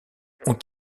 ont